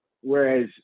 whereas